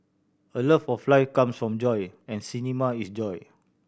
a love of life comes from joy and cinema is joy